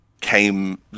came